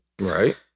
Right